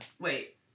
wait